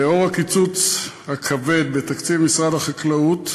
בשל הקיצוץ הכבד בתקציב משרד החקלאות,